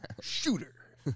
Shooter